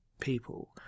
People